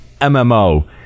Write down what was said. MMO